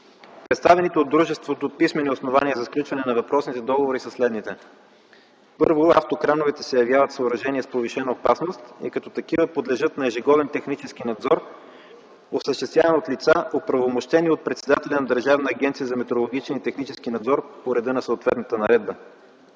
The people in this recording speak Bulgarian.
Представените от дружеството писмени основания за сключване на въпросните договори са следните: Първо, автокрановете се явяват съоръжения с повишена опасност и като такива подлежат на ежегоден технически надзор, осъществяван от лица, оправомощени от председателя на Държавна агенция за метрологичен и технически надзор по реда на съответната наредба,